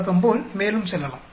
வழக்கம் போல் மேலும் செல்லலாம்